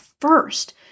first